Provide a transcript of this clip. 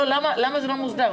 לא הבנתי למה זה לא מוסדר?